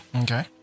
Okay